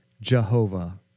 Jehovah